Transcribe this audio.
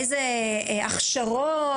איזה הכשרות,